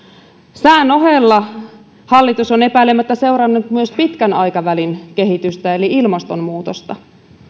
sään ohella hallitus on epäilemättä seurannut myös pitkän aikavälin kehitystä eli ilmastonmuutosta